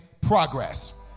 progress